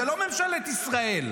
זאת לא ממשלת ישראל.